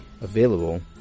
available